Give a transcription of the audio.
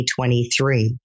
2023